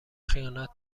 خیانت